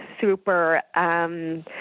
super